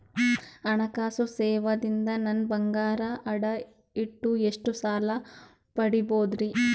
ಹಣಕಾಸು ಸೇವಾ ದಿಂದ ನನ್ ಬಂಗಾರ ಅಡಾ ಇಟ್ಟು ಎಷ್ಟ ಸಾಲ ಪಡಿಬೋದರಿ?